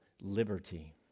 liberty